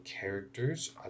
characters